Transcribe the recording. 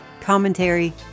commentary